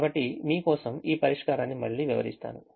కాబట్టి మీ కోసం ఈ పరిష్కారాన్ని మళ్ళీ వివరిస్తాను